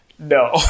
No